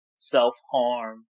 self-harm